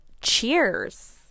Cheers